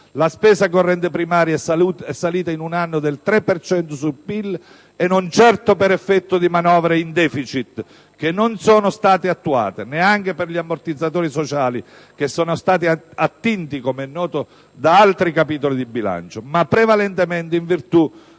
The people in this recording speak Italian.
La spesa corrente primaria è salita in un anno del 3 per cento sul PIL, e non certo per effetto di manovre in deficit, che non sono state attuate (neanche per gli ammortizzatori sociali che sono stati attinti, com'è noto, da altri capitoli di bilancio), ma prevalentemente in virtù